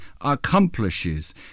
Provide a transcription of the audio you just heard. accomplishes